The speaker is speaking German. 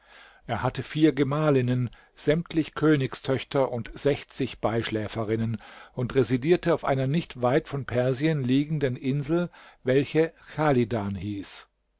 er hatte vier gemahlinnen sämtlich königstöchter und sechzig beischläferinnen und residierte auf einer nicht weit von persien liegenden insel welche chalidan hieß